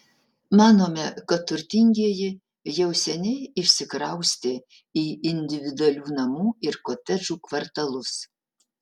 manome kad turtingieji jau seniai išsikraustė į individualių namų ir kotedžų kvartalus